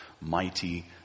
Mighty